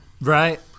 Right